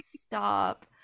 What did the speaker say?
Stop